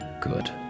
good